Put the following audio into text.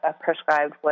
prescribed